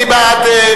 מי בעד?